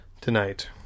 tonight